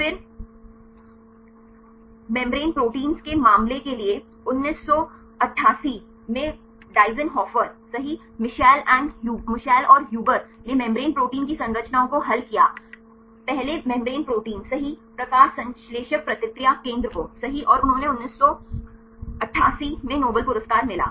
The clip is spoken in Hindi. फिर मेम्ब्रेन प्रोटीन्स के मामले के लिए 1988 में डेइसनहोफर सही मिशेल और ह्यूबर ने मेम्ब्रेन प्रोटीन की संरचनाओं को हल किया पहले मेम्ब्रेन प्रोटीन सही प्रकाश संश्लेषक प्रतिक्रिया केंद्र को सही और उन्हें 1988 में नोबेल पुरस्कार मिला